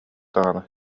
даҕаны